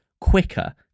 quicker